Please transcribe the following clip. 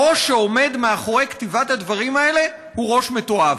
הראש שעומד מאחורי כתיבת הדברים האלה הוא ראש מתועב,